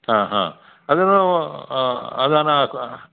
ಹಾಂ ಹಾಂ ಅದು ಹಾಂ ಅದನ್ನು ಹಾಕಿ